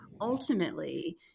Ultimately